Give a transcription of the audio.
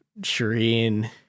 shireen